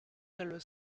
dello